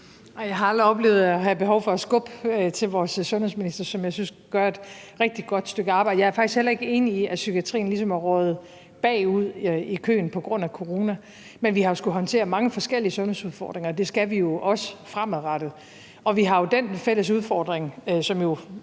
Jeg har aldrig oplevet at have behov for at skubbe til vores sundhedsminister, som jeg synes gør et rigtig godt stykke arbejde. Jeg er faktisk heller ikke enig i, at psykiatrien ligesom er røget bag i køen på grund af corona, men vi har jo skullet håndtere mange forskellige sundhedsudfordringer, og det skal vi også fremadrettet. Og vi har jo den fælles udfordring, som på